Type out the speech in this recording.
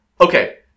Okay